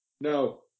No